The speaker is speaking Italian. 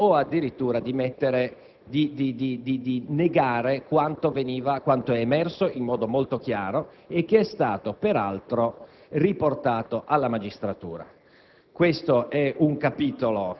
di trascurare, ignorare o addirittura negare quanto è emerso in modo molto chiaro ed è stato peraltro riportato alla magistratura.